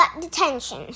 detention